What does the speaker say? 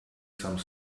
some